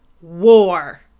war